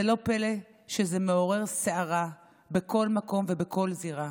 לא פלא שזה מעורר סערה בכל מקום ובכל זירה,